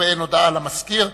באין הודעה למזכיר,